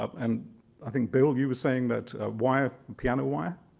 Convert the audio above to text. um and i think, bill, you were saying that wire, piano wire,